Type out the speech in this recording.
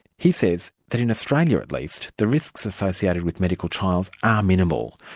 he says that in australia at least, the risks associated with medical trials are minimal,